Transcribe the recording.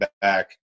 back